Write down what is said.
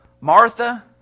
Martha